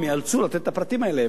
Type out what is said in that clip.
הם ייאלצו לתת את הפרטים האלה.